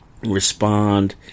respond